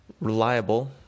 reliable